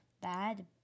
bad